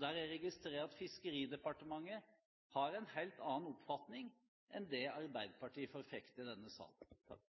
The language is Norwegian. der jeg registrerer at Fiskeridepartementet har en helt annen oppfatning enn det Arbeiderpartiet forfekter i denne